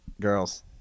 girls